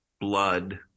blood